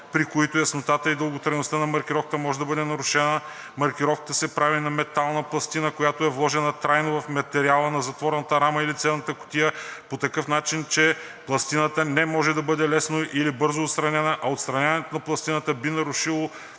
при който яснотата и дълготрайността на маркировката може да бъде нарушена, маркировката се прави на метална пластина, която е вложена трайно в материала на затворната рама или цевната кутия по такъв начин, че пластината не може да бъде лесно или бързо отстранена, а отстраняването на пластината би разрушило